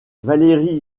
valéry